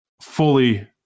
fully